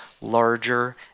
larger